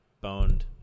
boned